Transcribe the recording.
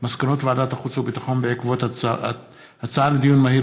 ועדת החוץ והביטחון בעקבות דיון מהיר